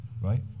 right